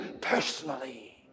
personally